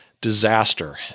disaster